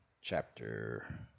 chapter